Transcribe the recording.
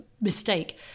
mistake